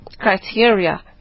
criteria